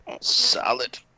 Solid